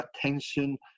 attention